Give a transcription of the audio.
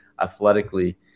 athletically